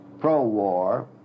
pro-war